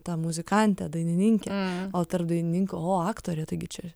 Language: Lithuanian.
ta muzikantė dainininkė o tarp dainininkų o aktorė taigi čia